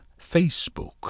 Facebook